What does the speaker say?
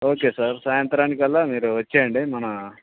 okay sir సాయంత్రానికల్లా మీరు వచ్చేయండి మన